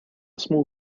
small